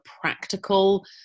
practical